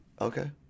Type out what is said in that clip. Okay